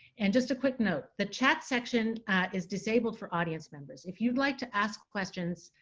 and just a quick note, the chat section is disabled for audience members. if you'd like to ask questions,